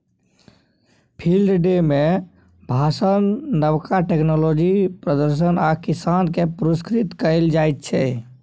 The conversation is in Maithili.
फिल्ड डे मे भाषण, नबका टेक्नोलॉजीक प्रदर्शन आ किसान केँ पुरस्कृत कएल जाइत छै